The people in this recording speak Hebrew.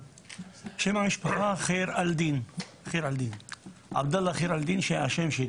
שאדמות פרטיות של חורפיש יהיו בשטח שיפוט